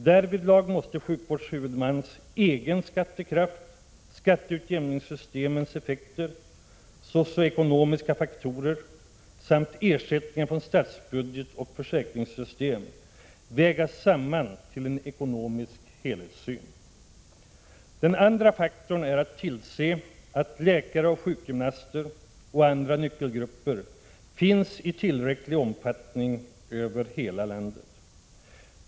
Därvidlag måste sjukvårdshuvudmans egen skattekraft, skatteutjämningssystemets effekter, socioekonomiska faktorer samt ersättningar från statsbudget och försäkringssystem vägas samman till en ekonomisk helhetssyn. Den andra faktorn är att tillse att läkare och sjukgymnaster samt andra nyckelgrupper finns i tillräcklig omfattning över hela landet.